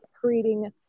creating